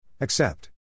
Accept